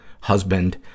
Husband